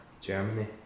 Germany